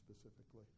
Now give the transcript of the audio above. specifically